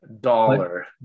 dollar